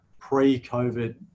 Pre-COVID